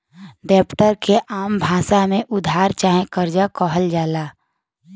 डेब्ट के आम भासा मे उधार चाहे कर्जा कहल जाला